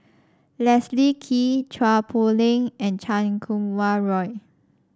Leslie Kee Chua Poh Leng and Chan Kum Wah Roy